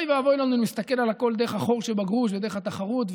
אוי ואבוי לנו אם נסתכל על הכול דרך החור שבגרוש ודרך התחרות,